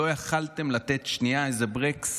לא יכולתם לתת שנייה איזה ברקס